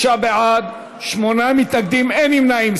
66 בעד, שמונה מתנגדים, אין נמנעים.